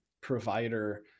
provider